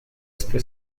este